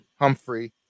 Humphrey